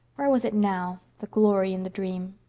where was it now the glory and the dream?